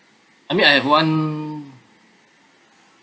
I mean I have one